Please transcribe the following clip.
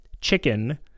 chicken